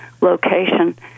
location